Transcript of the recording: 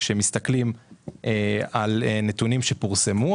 אם מסתכלים על נתונים שפורסמו.